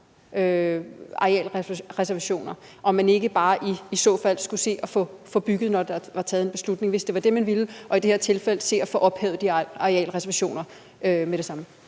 arealreservationer, eller om man ikke bare i så fald skulle se at få bygget, når der var taget en beslutning, hvis det var det, man ville – og i det her tilfælde se at få ophævet de arealreservationer med det samme.